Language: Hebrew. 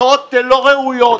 ההצבעה כבר התקיימה, יש רוויזיה.